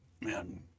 man